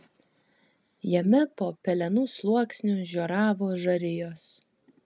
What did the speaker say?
jame po pelenų sluoksniu žioravo žarijos